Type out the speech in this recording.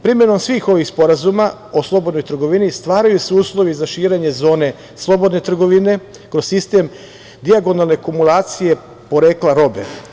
Primenom svih ovih sporazuma o slobodnoj trgovini, stvaraju se uslovi za širenje zone slobodne trgovine, kroz sistem dijagonalne kumulacije porekla robe.